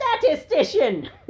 Statistician